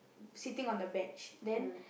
sitting on the bench then